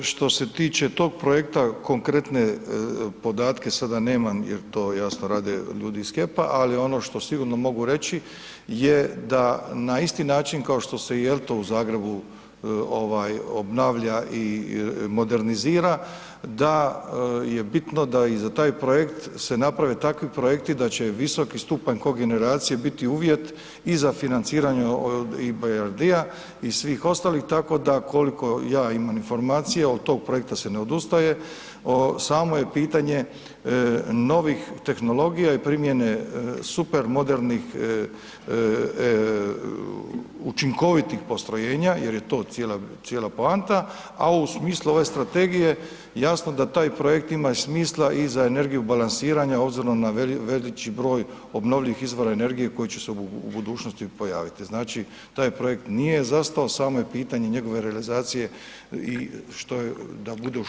Hvala, što se tiče tog projekta konkretne, podatke sada nemam jer to jasno rade ljudi iz HEP-a, ali ono što sigurno mogu reći je da na isti način kao što se i ELTO u Zagrebu ovaj obnavlja i modernizira da je bitno da i za taj projekt se naprave takvi projekti da će visoki stupanj kogeneracije biti uvjet i za financiranje i Bayardija i svih ostalih, tako da koliko ja imam informacije, od tog projekta se ne odustaje, samo je pitanje novih tehnologija i primjene super modernih učinkovitih postrojenja jer je to cijela, cijela poanta, a u smislu ove strategije jasno da taj projekt ima i smisla i za energiju balansiranja obzirom na veći broj obnovljivih izvora energije koja će se u budućnosti pojaviti, znači taj projekt nije zastao samo je pitanje njegove realizacije i da bude u što boljem [[Upadica: Hvala]] boljem